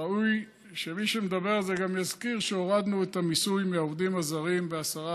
ראוי שמי שמדבר על זה גם יזכיר שהורדנו את המיסוי מהעובדים הזרים ב-10%,